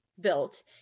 built